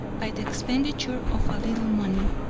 by the expenditure of a little money.